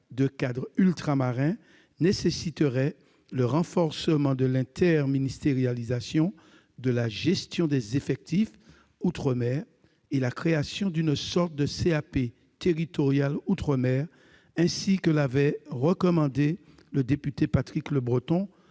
de cadres ultramarins nécessiterait le renforcement de l'interministérialisation de la gestion des effectifs outre-mer et la création d'une sorte de CAP territoriale outre-mer, ainsi que l'avait recommandé le député Patrick Lebreton